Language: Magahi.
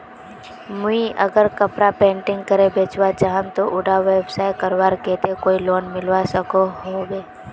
मुई अगर कपड़ा पेंटिंग करे बेचवा चाहम ते उडा व्यवसाय करवार केते कोई लोन मिलवा सकोहो होबे?